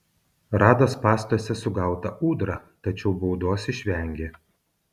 rado spąstuose sugautą ūdrą tačiau baudos išvengė